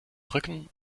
rücken